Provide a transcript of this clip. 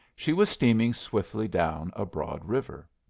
she was steaming swiftly down a broad river.